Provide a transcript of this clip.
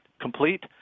Complete